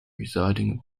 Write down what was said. residing